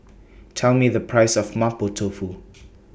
Tell Me The Price of Mapo Tofu